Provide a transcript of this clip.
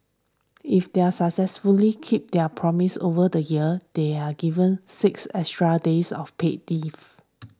if they are successfully keep their promise over the year they are given six extra days of paid leave